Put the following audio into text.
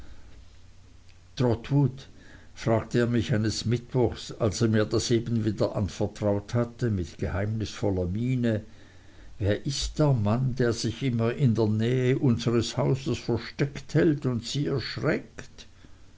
trotwood fragte er mich eines mittwochs als er mir das eben wieder anvertraut hatte mit geheimnisvoller miene wer ist der mann der sich immer in der nähe unseres hauses versteckt hält und sie erschreckt